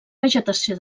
vegetació